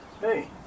hey